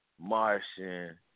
Martian